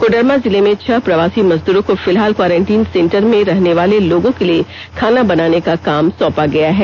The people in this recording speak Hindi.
कोडरमा जिले में छह प्रवासी मजदूरों को फिलहाल क्वारंटीन सेंटर में रहने वाले लोगों के लिए खाना बनाने का काम सौंपा गया है